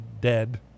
dead